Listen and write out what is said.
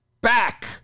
back